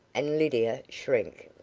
and lydia shrink.